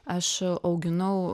aš auginau